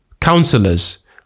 counselors